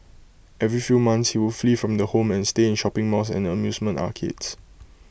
every few months he would flee from the home and stay in shopping malls and amusement arcades